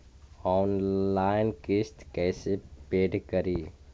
Online किस्त कैसे paid करि?